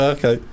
Okay